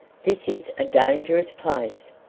this is a dangerous place,